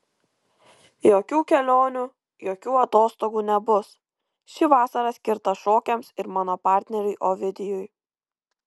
jokių kelionių jokių atostogų nebus ši vasara skirta šokiams ir mano partneriui ovidijui